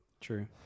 True